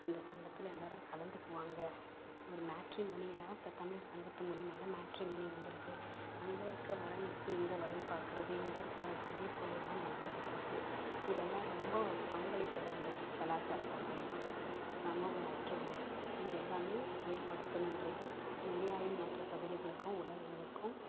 அந்த சங்கத்தில் எல்லோரும் கலந்துக்குவாங்க ஒரு மேட்ரிமோனின்னா இப்போ தமிழ் சங்கத்து மூலமாதான் மேட்ரிமோனி வந்திருக்கு அங்கே இருக்க வரனுக்கு இங்கே வரன் பாக்கிறது இங்கே இருக்கிற அது அதேப்போல் எல்லாம் நடந்துக்கிட்டுருக்கு இதெல்லாம் ரொம்ப பங்களிப்புதாங்க கலாச்சார பங்களிப்பு சமூக ஒற்றுமை இதெல்லாம் ஏற்படுத்தும் என்பது இந்தியாவின் மற்ற பகுதிகளுக்கும் உலகெங்குக்கும்